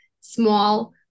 small